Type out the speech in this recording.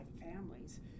families